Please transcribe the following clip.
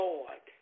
Lord